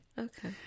Okay